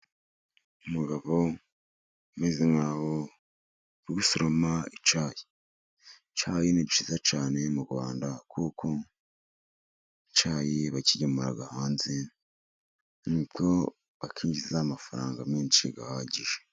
Umugabo umeze nk'aho ari gusoroma icyayi, icyayi ni cyiza cyane mu Rwanda, kuko icyayi bakigemura hanze, nuko bakinjiza amafaranga menshi ahagije.